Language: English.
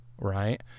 right